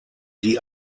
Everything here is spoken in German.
die